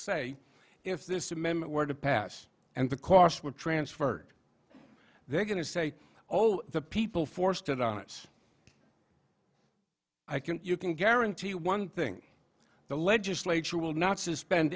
say if this amendment were to pass and the costs were transferred they're going to say oh the people forced it on its i can you can guarantee one thing the legislature will not suspend